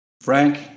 Frank